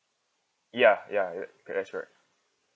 ya ya it that's correct